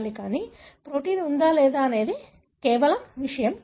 కానీ ప్రోటీన్ ఉందా లేదా అనేది కేవలం కాదు